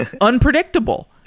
unpredictable